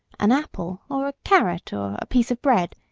an apple or a carrot, or a piece of bread,